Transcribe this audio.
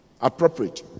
appropriate